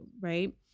Right